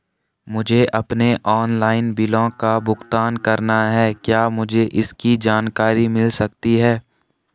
मुझे अपने ऑनलाइन बिलों का भुगतान करना है क्या मुझे इसकी जानकारी मिल सकती है?